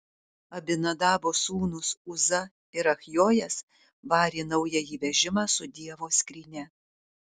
abinadabo sūnūs uza ir achjojas varė naująjį vežimą su dievo skrynia